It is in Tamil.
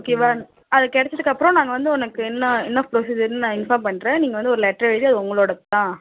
ஓகேவா அது கிடச்சதுக்கப்புறம் நாங்கள் வந்து உனக்கு என்ன என்ன ப்ரொசீஜர்னு நான் இன்ஃபார்ம் பண்ணுறேன் நீங்கள் வந்து ஒரு லெட்டர் எழுதி அது உங்களோடது தான்